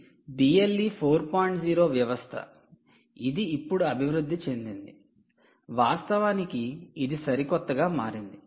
0 వ్యవస్థ ఇది ఇప్పుడు అభివృద్ధి చెందింది వాస్తవానికి ఇది సరికొత్తగా మారింది